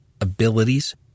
abilities